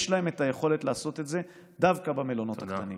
יש להם את היכולת לעשות את זה דווקא במלונות הקטנים.